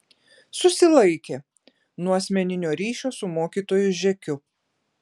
susilaikė nuo asmeninio ryšio su mokytoju žekiu